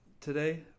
today